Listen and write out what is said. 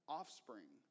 offspring